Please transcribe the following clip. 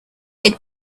had